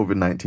COVID-19